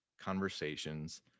conversations